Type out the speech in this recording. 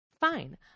fine